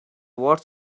words